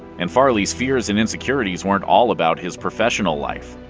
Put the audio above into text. and farley's fears and insecurities weren't all about his professional life.